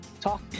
talk